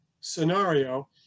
scenario